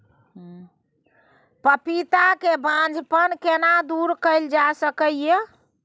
पपीता के बांझपन केना दूर कैल जा सकै ये?